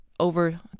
over